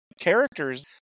characters